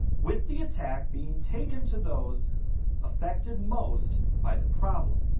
with the attack being taken to those affected most by the problem.